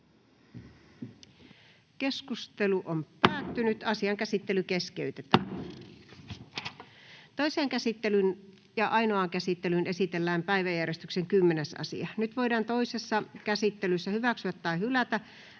lain 11 §:n muuttamisesta Time: N/A Content: Toiseen käsittelyyn ja ainoaan käsittelyyn esitellään päiväjärjestyksen 10. asia. Nyt voidaan toisessa käsittelyssä hyväksyä tai hylätä